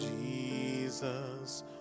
Jesus